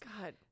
God